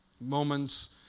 Moments